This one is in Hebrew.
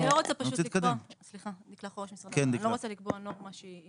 אני לא רוצה לקבוע --- דקלה.